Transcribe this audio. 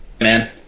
man